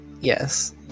Yes